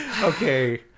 okay